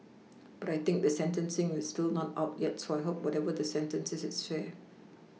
but I think the sentencing is still not out yet so I hope whatever the sentence is it's fair